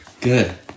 good